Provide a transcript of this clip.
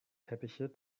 teppiche